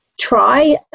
Try